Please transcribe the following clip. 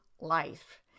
life